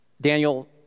Daniel